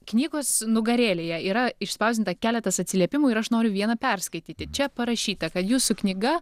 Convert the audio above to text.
knygos nugarėlėje yra išspausdinta keletas atsiliepimų ir aš noriu vieną perskaityti čia parašyta kad jūsų knyga